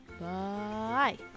bye